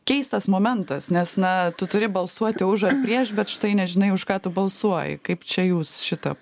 keistas momentas nes na tu turi balsuoti už ar prieš bet štai nežinai už ką tu balsuoji kaip čia jūs šitą